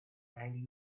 and